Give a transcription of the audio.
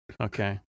Okay